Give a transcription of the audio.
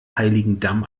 heiligendamm